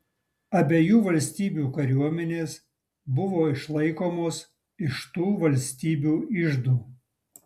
abiejų valstybių kariuomenės buvo išlaikomos iš tų valstybių iždų